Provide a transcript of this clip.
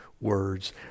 words